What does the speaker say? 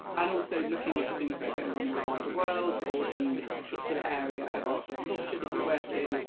and also looking at things that are going on in the wider world, or the particular area of arts or culture that you work in,